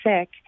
sick